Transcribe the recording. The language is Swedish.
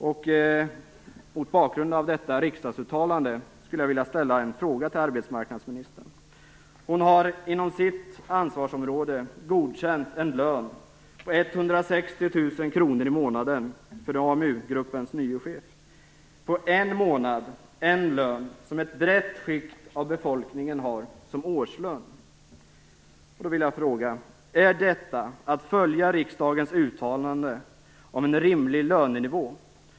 Inom sitt ansvarsområde har hon godkänt en lön på Det är samma lön på en månad som ett brett skikt av befolkningen har som årslön. Då vill jag fråga: Är detta att följa riksdagens uttalande om en rimlig lönenivå?